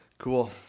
Cool